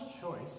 choice